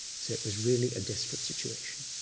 so it was really a desperate situation.